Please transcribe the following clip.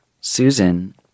Susan